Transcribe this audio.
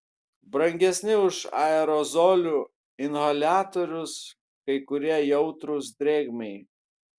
brangesni už aerozolių inhaliatorius kai kurie jautrūs drėgmei